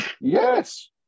Yes